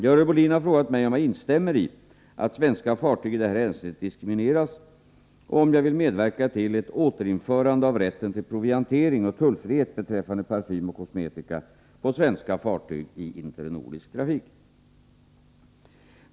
Görel Bohlin har frågat mig om jag instämmer i att svenska fartyg i det här hänseendet diskrimineras och om jag vill medverka till ett återinförande av rätten till proviantering och tullfrihet beträffande parfym och kosmetika på svenska fartyg i internordisk trafik.